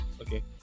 Okay